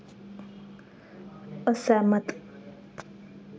असैह्मत